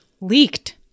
leaked